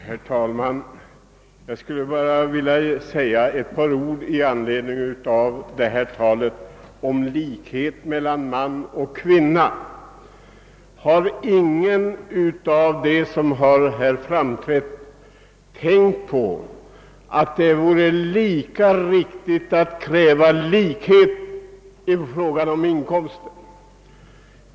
Herr talman! Jag skulle bara vilja säga några ord i anledning av talet om likhet mellan man och kvinna. Har ingen av dem som nu framträtt tänkt på att det vore lika riktigt att kräva likhet i fråga om inkomster?